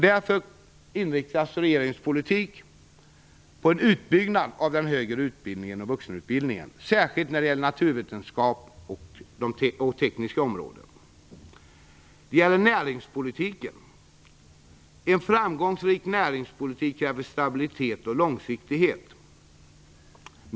Därför inriktas regeringens politik på en utbyggnad av den högre utbildningen och vuxenutbildningen, särskilt när det gäller naturvetenskapliga och tekniska områden. Det handlar om näringspolitiken. En framgångsrik näringspolitik kräver stabilitet och långsiktighet.